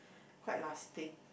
quite lasting